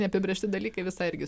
neapibrėžti dalykai visai irgi